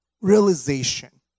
realization